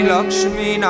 Lakshmi